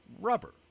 rubber